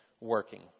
working